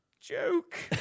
joke